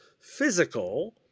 physical